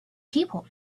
people